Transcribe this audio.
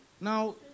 now